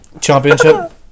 Championship